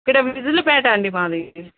ఇక్కడ విజిల్లుపేట అండి మాది